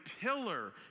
pillar